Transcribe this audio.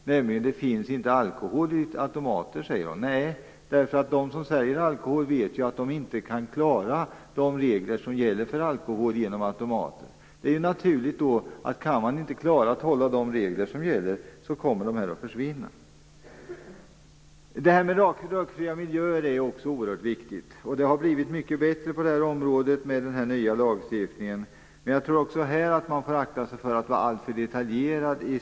Det finns inte alkohol i automater, säger hon. Nej, de som säljer alkohol vet ju att de med automater inte kan klara de regler som gäller för alkohol. Det naturliga är att om man inte kan hålla de regler som gäller, kommer automaterna att försvinna. Rökfria miljöer är också oerhört viktigt. Det har blivit mycket bättre på det området genom den nya lagstiftningen. Men jag tror att man också här får akta sig för att vara alltför detaljerad.